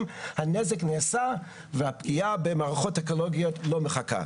הנזק נעשה והפגיעה במערכות אקולוגיות לא מחכה.